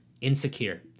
insecure